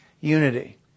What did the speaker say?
unity